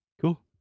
Cool